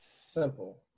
Simple